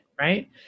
right